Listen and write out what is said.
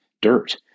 dirt